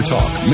Talk